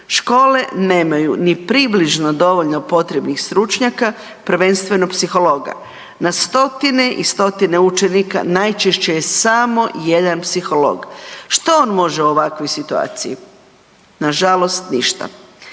Škole nemaju ni približno dovoljno potrebnih stručnjaka, prvenstveno psihologa, na stotine i stotine učenika najčešće je samo jedan psiholog. Što on može u ovakvoj situaciji? Nažalost ništa.